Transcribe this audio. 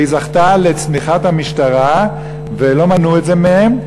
והיא זכתה לתמיכת המשטרה ולא מנעו את זה מהם,